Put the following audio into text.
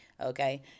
Okay